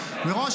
מָעֻזכם".